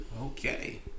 Okay